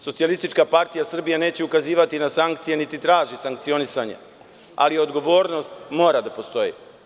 Socijalistička partija Srbije neće ukazivati na sankcije, niti traži sankcionisanje, ali odgovornost mora da postoji.